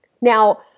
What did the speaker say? Now